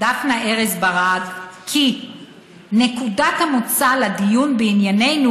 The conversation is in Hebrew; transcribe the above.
דפנה ארז-ברק כי "נקודת המוצא לדיון בענייננו